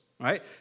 right